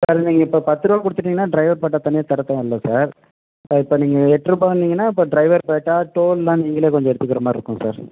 sir நீங்கள் இப்போ பத்து ரூவா கொடுத்துட்டுனீங்கன்னா டிரைவர் பேட்டா தனியாக தர தேவையில்ல சார் இப்போ இப்போ நீங்கள் எட்ரூபான்னீங்கன்னா அப்போ டிரைவர் பேட்டா டோல்லெலாம் நீங்களே கொஞ்சம் எடுத்துக்கிற மாதிரி இருக்கும் சார்